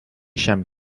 šiam